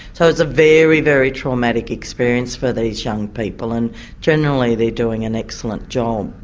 so it's a very, very traumatic experience for these young people, and generally they're doing an excellent job. um